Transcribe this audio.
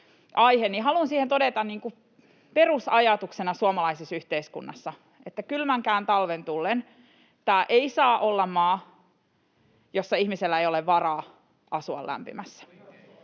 haluan todeta, että perusajatuksena suomalaisessa yhteiskunnassa on, että kylmänkään talven tullen tämä ei saa olla maa, jossa ihmisellä ei ole varaa asua lämpimässä.